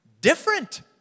different